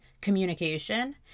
communication